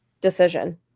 decision